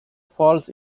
falls